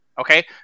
okay